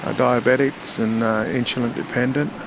ah diabetics and insulin dependent,